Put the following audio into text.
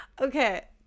okay